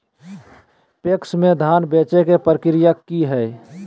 PACS में धाम बेचे के प्रक्रिया की हय?